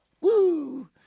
woo